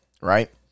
right